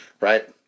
right